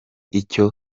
icyo